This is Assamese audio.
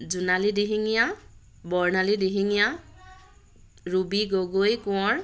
জোনালী দিহিঙীয়া বৰ্ণালী দিহিঙীয়া ৰুবি গগৈ কোঁৱৰ